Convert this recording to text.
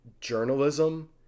journalism